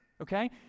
Okay